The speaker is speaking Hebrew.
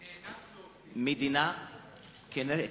נאנס להוציא.